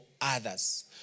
others